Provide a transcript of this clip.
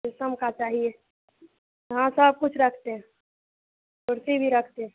शीशम का चाहिए हाँ सबकुछ रखते हैं कुर्सी भी रखते हैं